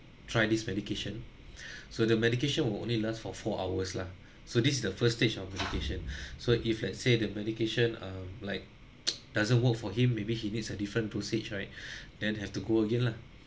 try this medication so the medication will only last for four hours lah so this is the first stage of medication so if let's say the medication um like doesn't work for him maybe he needs a different dosage right then have to go again lah